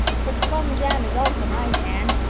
but plum jam is awful nice, anne.